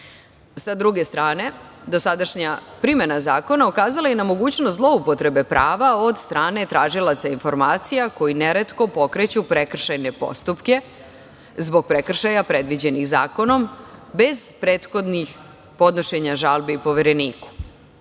druge strane, dosadašnja primena zakona ukazala je i na mogućnost zloupotrebe prava od strane tražilaca informacija koji neretko pokreću prekršajne postupke zbog prekršaja predviđenih zakonom bez prethodnih podnošenja žalbi Povereniku. Imajući